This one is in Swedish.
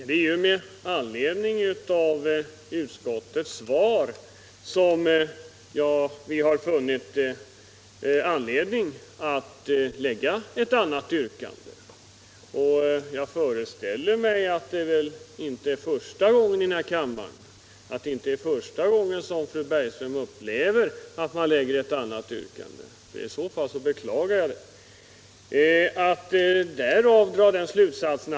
Herr talman! Det är ju utskottets skrivning över vår motion som gör att vi funnit anledning att framställa ett annat yrkande. Jag föreställer mig att det inte är första gången fröken Bergström upplever att det framställs ett annat yrkande än det ursprungliga. Om så är fallet beklagar jag det.